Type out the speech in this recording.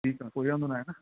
ठीकु आहे कोई वांदो न आहे न